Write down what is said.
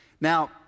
Now